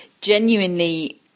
genuinely